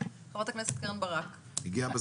בגלל זה גם איחרתי,